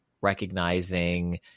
recognizing